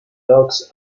dogs